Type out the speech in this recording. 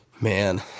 Man